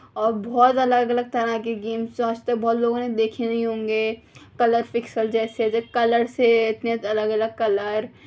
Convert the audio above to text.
اور بہت الگ الگ طرح کے گیمس سو آج تک بہت لوگوں نے دیکھے نہیں ہوں گے کلر فکسل جیسے کلر سے اتنے الگ الگ کلر